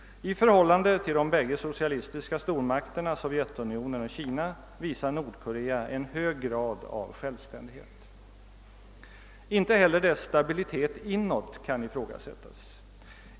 I förhållande till de bägge socialistiska stormakterna Sovjetunionen och Kina visar Nordkorea en hög grad av självständighet. Inte heller dess stabilitet inåt kan ifrågasättas.